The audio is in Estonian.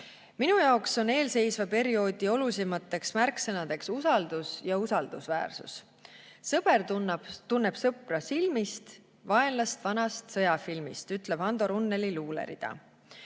Minu jaoks on eelseisva perioodi olulisimad märksõnad usaldus ja usaldusväärsus. "Sõber tunneb sõpra silmist, vaenlast vanast sõjafilmist," ütleb Hando Runneli luulerida.